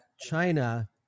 China